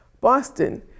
Boston